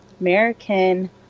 American